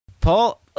Paul